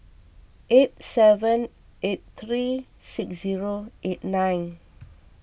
eight seven eight three six zero eight nine